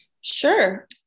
Sure